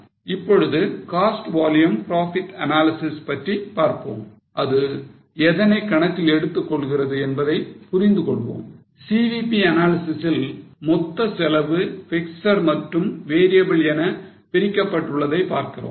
இப்பொழுது cost volume profit analysis பற்றி பார்ப்போம் அது எதனை கணக்கில் எடுத்துக்கொள்கிறது என்பதை புரிந்து கொள்வோம் CVP analysis ல் மொத்த செலவு பிக்ஸட் மற்றும் variable என பிரிக்கப்பட்டுள்ளதை பார்க்கிறோம்